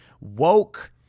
woke